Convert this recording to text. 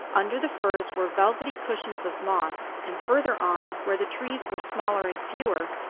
under the firs were velvety cushions of moss, and further on, where the trees were smaller and fewer,